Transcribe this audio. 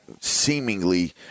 seemingly